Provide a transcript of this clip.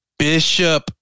Bishop